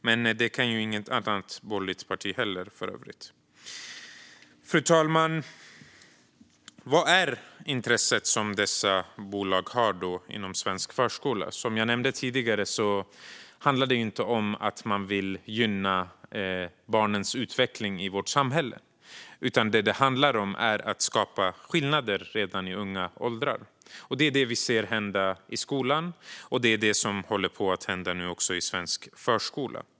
Det kan för övrigt inget annat borgerligt parti heller. Fru talman! Vad har då dessa bolag för intresse av svensk förskola? Som jag nämnde tidigare handlar det inte om att man vill gynna barnens utveckling i vårt samhälle, utan det handlar om att skapa skillnader redan i unga åldrar. Det är vad vi ser hända i skolan, och det är vad som nu också håller på att hända i den svenska förskolan.